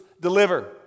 deliver